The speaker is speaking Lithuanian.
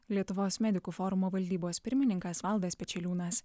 lietuvos medikų forumo valdybos pirmininkas valdas pečeliūnas